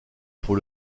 pour